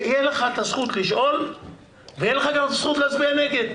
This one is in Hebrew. תהיה לך הזכות לשאול ותהיה לך הזכות גם להצביע נגד.